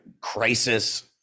crisis